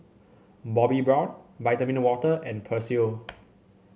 Bobbi Brown Vitamin Water and Persil